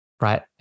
right